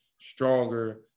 stronger